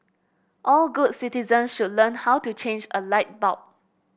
all good citizens should learn how to change a light bulb